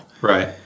Right